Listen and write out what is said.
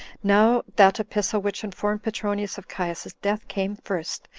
now that epistle which informed petronius of caius's death came first,